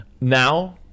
Now